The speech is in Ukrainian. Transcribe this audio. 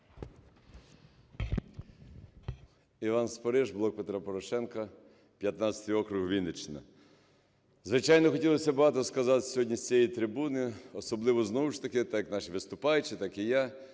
Іван Спориш, "Блок Петра Порошенка", 15-й округ, Вінниччина. Звичайно, хотілося б багато сказати сьогодні з цієї трибуни, особливо, знову ж таки, так і наші виступаючі, так і я,